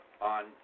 on